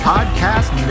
Podcast